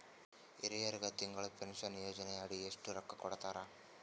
ಹಿರಿಯರಗ ತಿಂಗಳ ಪೀನಷನಯೋಜನ ಅಡಿ ಎಷ್ಟ ರೊಕ್ಕ ಕೊಡತಾರ?